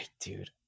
Dude